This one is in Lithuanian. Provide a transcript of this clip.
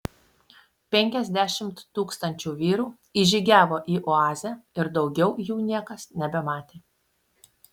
penkiasdešimt tūkstančių vyrų įžygiavo į oazę ir daugiau jų niekas nebematė